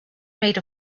made